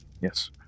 Yes